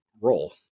role